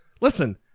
Listen